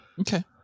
Okay